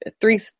three